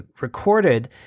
recorded